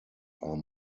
are